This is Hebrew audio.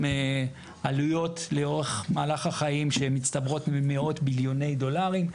עם עלויות לאורך מהלך החיים שמצטברות למאות מיליוני דולרים,